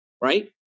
Right